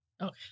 okay